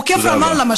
עוקף רמאללה,